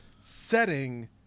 setting